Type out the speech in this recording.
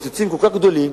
והקיצוצים כל כך גדולים,